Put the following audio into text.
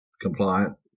compliant